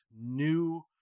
new